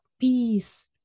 peace